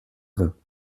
voeux